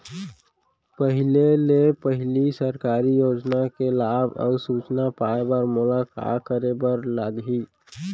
पहिले ले पहिली सरकारी योजना के लाभ अऊ सूचना पाए बर मोला का करे बर लागही?